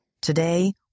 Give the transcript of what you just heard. Today